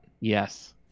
Yes